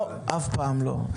לא, אף פעם לא.